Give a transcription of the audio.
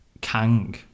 Kang